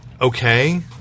okay